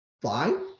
fine